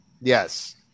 Yes